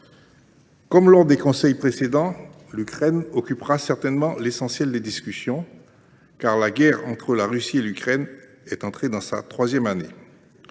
Comme lors des Conseils précédents, l’Ukraine occupera certainement l’essentiel des discussions. La guerre entre la Russie et l’Ukraine est en effet entrée dans sa troisième année.